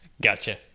Gotcha